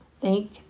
Thank